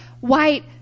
white